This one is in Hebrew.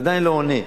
זה עדיין לא עונה.